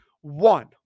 one